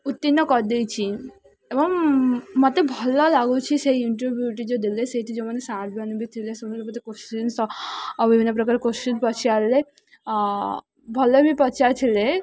ଉତ୍ତୀର୍ଣ୍ଣ କରିଦେଇଛି ଏବଂ ମୋତେ ଭଲ ଲାଗୁଛି ସେଇ ଇଣ୍ଟରଭ୍ୟୁଟି ଯେଉଁ ଦେଲେ ସେଇଠି ଯେଉଁମାନେ ସାର୍ ମାନେ ବି ଥିଲେ ସେମାନେ ମୋତେ କୋଶ୍ଚିନ୍ ବିଭିନ୍ନ ପ୍ରକାର କୋଶ୍ଚିନ୍ ପଚାରିଲେ ଭଲ ବି ପଚାରିଥିଲେ